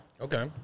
Okay